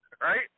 right